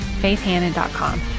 faithhannon.com